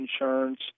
insurance